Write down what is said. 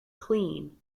clean